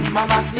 Mama